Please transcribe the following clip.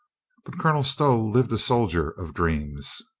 but colonel stow lived a sol dier of dreams.